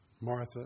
Martha